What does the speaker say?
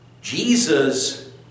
Jesus